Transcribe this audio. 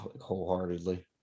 wholeheartedly